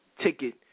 ticket